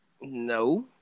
No